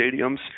stadiums